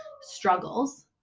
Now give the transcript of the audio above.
struggles